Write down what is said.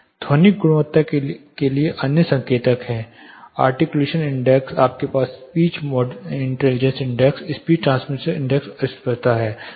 ध्वनिक गुणवत्ता के लिए अन्य संकेतक हैं आर्टिक्यूलेशन इंडेक्स है आपके पास speech intelligence index speech transmission index और स्पष्टता है